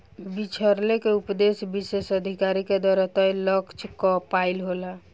बिछरे के उपदेस विशेष अधिकारी के द्वारा तय लक्ष्य क पाइल होला